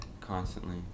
Constantly